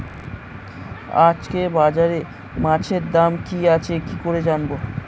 আজকে বাজারে মাছের দাম কি আছে কি করে জানবো?